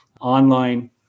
online